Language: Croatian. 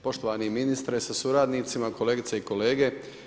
Poštovani ministre sa suradnicima, kolegice i kolege.